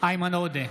איימן עודה,